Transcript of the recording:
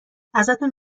ازتون